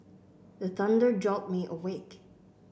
the thunder jolt me awake